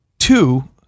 Two